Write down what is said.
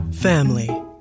family